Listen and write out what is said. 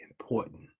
important